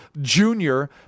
junior